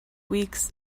weeks